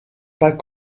pas